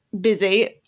busy